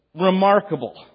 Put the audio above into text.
Remarkable